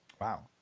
Wow